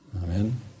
Amen